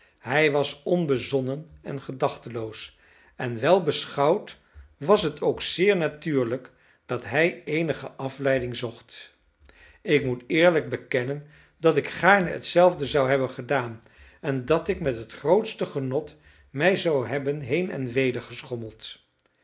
hij was onbezonnen en gedachteloos en wel beschouwd was het ook zeer natuurlijk dat hij eenige afleiding zocht ik moet eerlijk bekennen dat ik gaarne hetzelfde zou hebben gedaan en dat ik met het grootste genot mij zou hebben heen en weder geschommeld